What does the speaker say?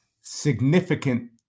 significant